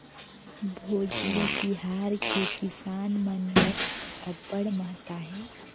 भोजली तिहार के किसान मन बर अब्बड़ महत्ता हे